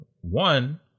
One